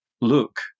look